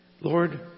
Lord